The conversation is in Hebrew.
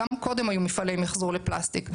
גם קודם היו מפעלי מחזור לפלסטיק.